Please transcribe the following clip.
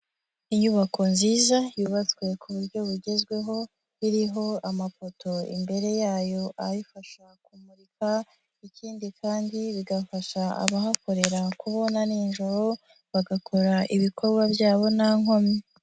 Inyubako nziza yubatswe ku buryo bugezweho, iriho amapoto imbere yayo ayifasha kumurika, ikindi kandi bigafasha abahakorera kubona nijoro, bagakora ibikorwa byabo nta nkomyi.